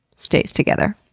stays together.